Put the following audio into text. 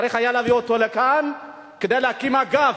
צריך היה להביא אותו לכאן כדי להקים אגף,